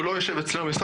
הוא לא יושב אצלנו במשרד,